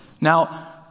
Now